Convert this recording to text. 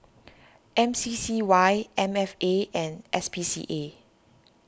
M C C Y M F A and S P C A